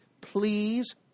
please